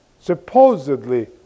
Supposedly